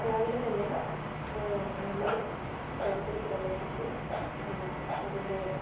രാവിലെ തന്നെ നമ്മൾ തൊഴുത്തിൽ പ്രവേശിച്ച് അതിൻ്റെ